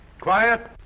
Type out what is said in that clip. Quiet